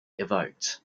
evoked